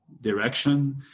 direction